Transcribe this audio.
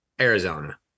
Arizona